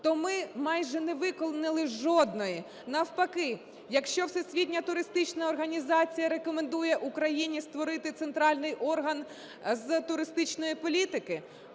то ми майже не виконали жодної. Навпаки, якщо Всесвітня туристична організація рекомендує Україні створити центральний орган з туристичної політики